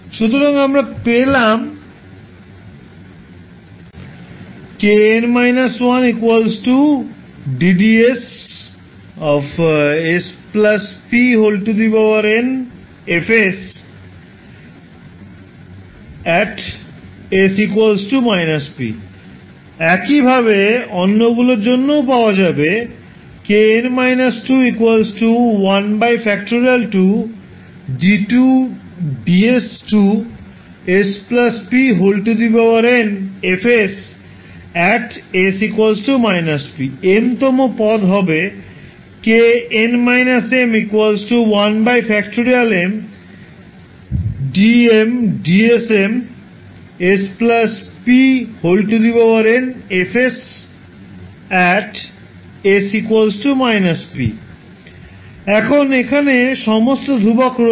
সুতরাং আমরা পেলাম একইভাবে অন্যগুলোর জন্যও পাওয়া যাবে mতম পদ হবে এখন এখানে সমস্ত ধ্রুবক রয়েছে